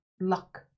luck